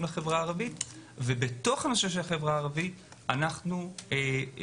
לחברה הערבית ובתוך הנושא של החברה הערבית אנחנו מקדישים